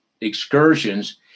excursions